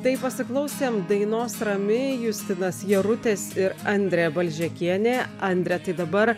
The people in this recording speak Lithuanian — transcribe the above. tai pasiklausėm dainos rami justinas jarutis ir andrė balžekienė andre tai dabar